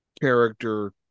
character